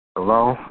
Hello